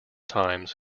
times